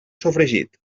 sofregit